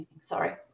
sorry